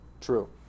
True